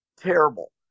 terrible